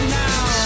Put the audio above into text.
now